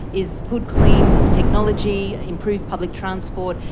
is good, clean technology, improved public transport,